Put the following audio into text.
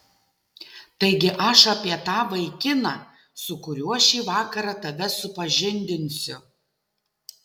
taigi aš apie tą vaikiną su kuriuo šį vakarą tave supažindinsiu